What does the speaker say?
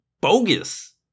bogus